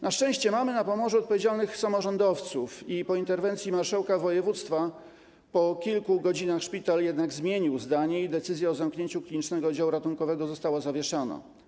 Na szczęście mamy na Pomorzu odpowiedzialnych samorządowców i po interwencji marszałka województwa po kilku godzinach szpital jednak zmienił zdanie i decyzja o zamknięciu Klinicznego Oddziału Ratunkowego została zawieszona.